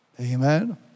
amen